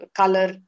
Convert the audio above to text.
color